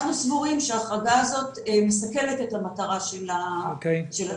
אנחנו סבורים שההחרגה הזאת מסכלת את המטרה של התקנות.